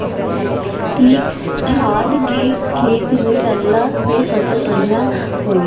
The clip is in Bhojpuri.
इ खाद खेत में डालला से फसल बढ़िया होई